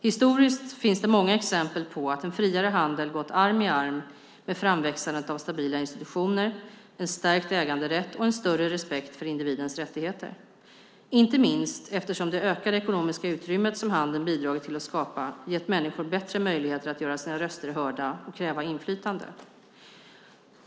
Historiskt finns det många exempel på att en friare handel gått arm i arm med framväxandet av stabila institutioner, en stärkt äganderätt och en större respekt för individens rättigheter - inte minst eftersom det ökade ekonomiska utrymmet som handeln bidragit till att skapa gett människor bättre möjligheter att göra sina röster hörda och kräva inflytande.